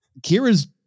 Kira's